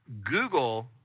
Google